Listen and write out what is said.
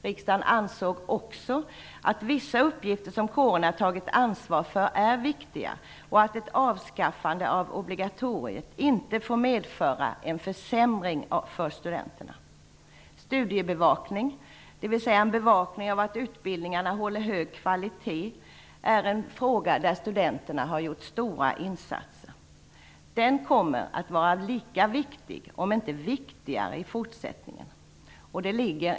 Riksdagen ansåg också att vissa uppgifter som kårerna tagit ansvar för är viktiga och att ett avskaffande av obligatoriet inte får medföra en försämring för studenterna. Studiebevakning, dvs. en bevakning av att utbildningarna håller hög kvalitet, är ett område där studenterna har gjort stora insatser. Det kommer att vara lika viktigt, om inte viktigare, i fortsättningen.